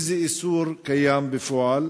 1. איזה איסור קיים בפועל?